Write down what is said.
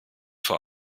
vor